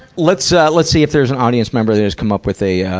let's, ah, let's see if there's an audience member that has come up with a, ah,